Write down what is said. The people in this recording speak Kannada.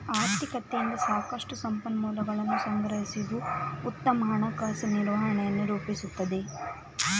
ಆರ್ಥಿಕತೆಯಿಂದ ಸಾಕಷ್ಟು ಸಂಪನ್ಮೂಲಗಳನ್ನು ಸಂಗ್ರಹಿಸುವುದು ಉತ್ತಮ ಹಣಕಾಸು ನಿರ್ವಹಣೆಯನ್ನು ರೂಪಿಸುತ್ತದೆ